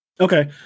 Okay